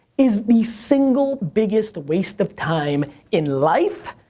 is the single biggest waste of time in life,